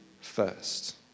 first